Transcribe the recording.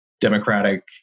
democratic